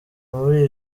muri